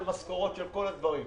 של משכורות ושל כל הדברים.